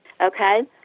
okay